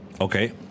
okay